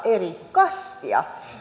kastia